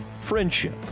friendship